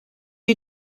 you